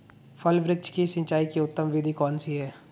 फल वृक्ष की सिंचाई की उत्तम विधि कौन सी है?